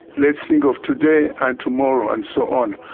let's think of today and tomorrow', and so on.